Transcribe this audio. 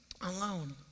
alone